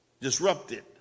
disrupted